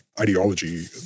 ideology